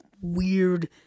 weird